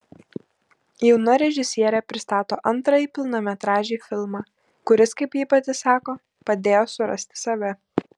jauna režisierė pristato antrąjį pilnametražį filmą kuris kaip ji pati sako padėjo surasti save